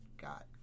God